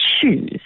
choose